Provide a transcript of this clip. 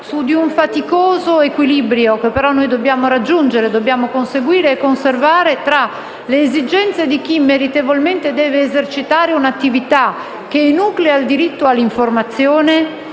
su un faticoso equilibrio, che però dobbiamo raggiungere, conseguire e conservare, tra le esigenze di chi, meritevolmente, deve esercitare un'attività che enuclea il diritto all'informazione